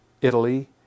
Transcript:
Italy